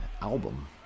album